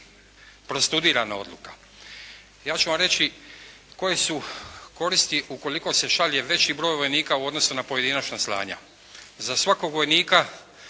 prostudirana odluka. Ja ću vam reći koje su koristi ukoliko se šalje veći broj vojnika u odnosu na pojedinačna slanja. Za svakog vojnika